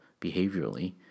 behaviorally